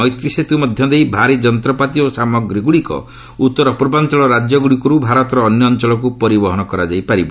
ମୈତ୍ରୀ ସେତୁ ମଧ୍ୟଦେଇ ଭାରି ଯନ୍ତ୍ରପାତି ଓ ସାମଗ୍ରୀଗୁଡ଼ିକ ଉତ୍ତର ପୂର୍ବାଞ୍ଚଳ ରାଜ୍ୟଗୁଡ଼ିକରୁ ଭାରତର ଅନ୍ୟ ଅଞ୍ଚଳକୁ ପରିବହନ କରାଯାଇପାରିବ